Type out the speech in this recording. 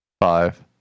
Five